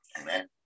Amen